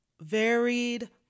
varied